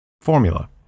Formula